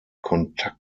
kontakt